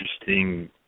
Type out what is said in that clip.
interesting